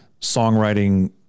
songwriting